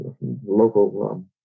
Local